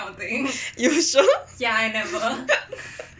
you sure